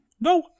No